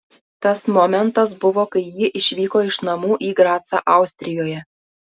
tas momentas buvo kai ji išvyko iš namų į gracą austrijoje